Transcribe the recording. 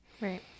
Right